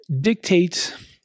dictates